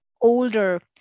older